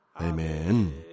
Amen